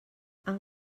han